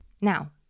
Now